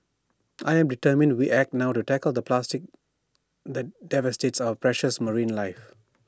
I am determined we act now to tackle the plastic that devastates our precious marine life